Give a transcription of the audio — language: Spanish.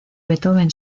beethoven